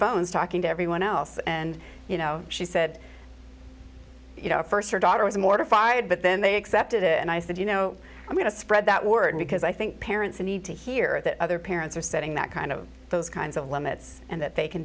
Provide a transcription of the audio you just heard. phones talking to everyone else and you know she said you know first your daughter was mortified but then they accepted it and i said you know i'm going to spread that word because i think parents need to hear that other parents are setting that kind of those kinds of limits and that they can